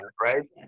right